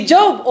Job